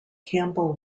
campbell